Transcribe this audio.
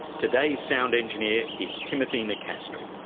today's sound engineer is timothy nicastri,